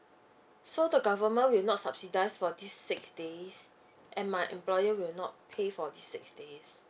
so the government will not subsidise for these six days and my employer will not pay for these six days